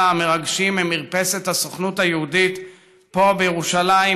המרגשים ממרפסת בניין הסוכנות היהודית פה בירושלים,